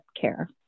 care